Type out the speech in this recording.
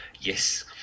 yes